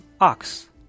Ox